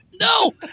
no